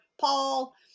Paul